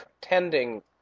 tending